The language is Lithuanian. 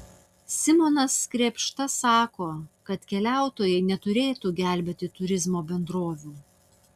simonas krėpšta sako kad keliautojai neturėtų gelbėti turizmo bendrovių